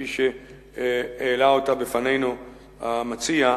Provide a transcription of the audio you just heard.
כפי שהעלה אותה בפנינו המציע,